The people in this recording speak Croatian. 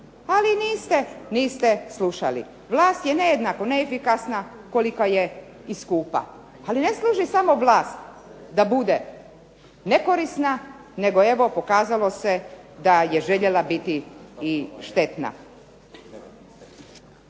ali niste slušali. Vlast je nejednako neefikasna koliko je i skupa, ali ne služi samo vlast da bude nekorisna, nego evo pokazalo se da je željela biti i štetna.